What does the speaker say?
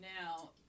now